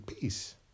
peace